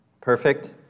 Perfect